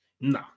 No